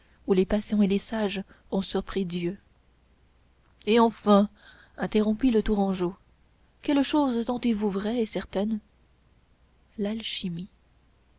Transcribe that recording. où les patients et les sages ont surpris dieu et enfin interrompit le tourangeau quelle chose tenez-vous vraie et certaine l'alchimie